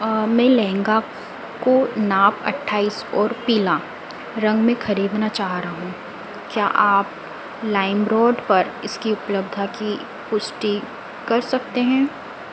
मैं लहंगा को नाप अट्ठाइस और पीला रंग में खरीदना चाह रहा हूँ क्या आप लाइमरोड पर इसकी उपलब्धा की पुष्टि कर सकते हैं